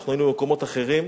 אנחנו היינו במקומות אחרים.